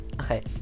Okay